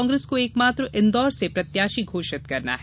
कांग्रेस को एक मात्र इंदौर से प्रत्याशी घोषित करना है